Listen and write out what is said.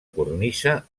cornisa